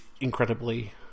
incredibly